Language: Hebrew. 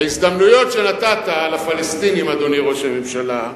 ההזדמנויות שנתת לפלסטינים, אדוני ראש הממשלה,